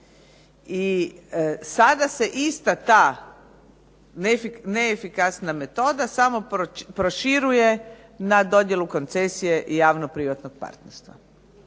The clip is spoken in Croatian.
I sada se ista ta neefikasna metoda samo proširuje na dodjelu koncesije i javno-privatnog partnerstva.